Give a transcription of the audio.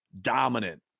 dominant